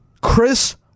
Chris